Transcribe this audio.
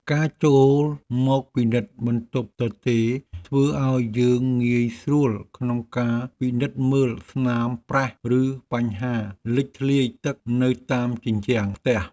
ការចូលមកពិនិត្យបន្ទប់ទទេរធ្វើឱ្យយើងងាយស្រួលក្នុងការពិនិត្យមើលស្នាមប្រេះឬបញ្ហាលេចធ្លាយទឹកនៅតាមជញ្ជាំងផ្ទះ។